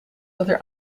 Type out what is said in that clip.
other